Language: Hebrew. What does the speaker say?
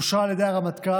אושרה על ידי הרמטכ"ל,